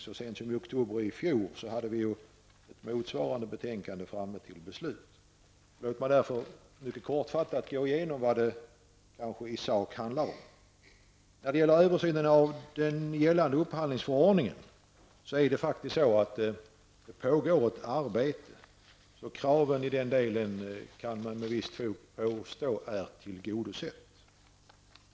Så sent som i oktober i fjol var ett motsvarande betänkande föremål för beslut. Låt mig därför mycket kortfattat gå igenom vad det i sak handlar om. När det gäller frågan om en översyn av den gällande upphandlingsordningen pågår ett arbete med detta. Man kan med visst fog påstå att kraven i den delen är tillgodosedda.